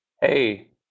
Hey